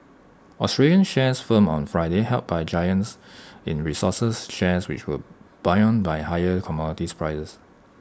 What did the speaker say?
Australian shares firmed on Friday helped by giants in resources shares which were buoyed by higher commodities prices